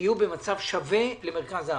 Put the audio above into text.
יהיו במצב שווה למרכז הארץ.